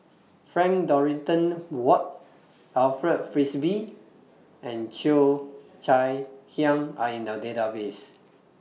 Frank Dorrington Ward Alfred Frisby and Cheo Chai Hiang Are in The Database